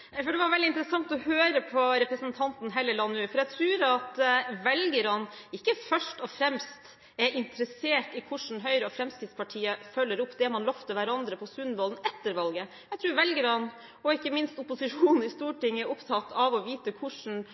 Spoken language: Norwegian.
president. Det var veldig interessant å høre på representanten Helleland nå, for jeg tror at velgerne ikke først og fremst er interessert i hvordan Høyre og Fremskrittspartiet følger opp det man lovet hverandre på Sundvolden, etter valget. Jeg tror velgerne, og ikke minst opposisjonen i Stortinget, er opptatt av å vite hvordan